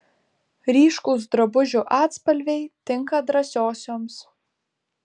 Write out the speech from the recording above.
ryškūs drabužių atspalviai tinka drąsiosioms